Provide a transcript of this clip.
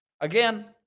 Again